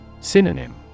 Synonym